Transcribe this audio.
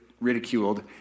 ridiculed